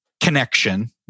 connection